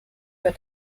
were